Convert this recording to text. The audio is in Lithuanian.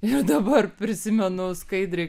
ir dabar prisimenu skaidriai